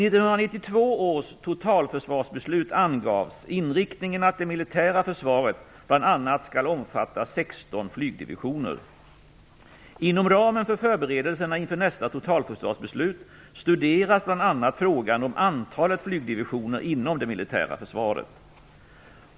Inom ramen för förberedelserna inför nästa totalförsvarsbeslut studeras bl.a. frågan om antalet flygdivisioner inom det militära försvaret.